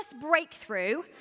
breakthrough